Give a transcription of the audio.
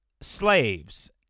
slaves